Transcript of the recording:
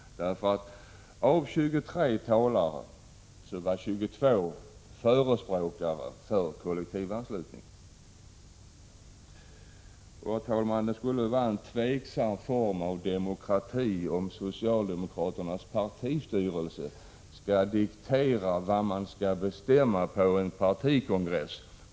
Av 23 talare var 22 förespråkare för kollektivanslutning. Herr talman! Det skulle vara en tveksam form av demokrati om socialdemokraternas partistyrelse skulle diktera vad man skall bestämma på partikongressen.